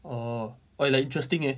orh orh like interesting eh